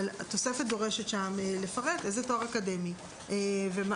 אבל התוספת דורשת שם לפרט איזה תואר אקדמי ומהו.